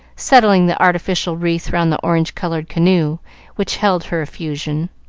settling the artificial wreath round the orange-colored canoe which held her effusion.